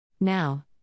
Now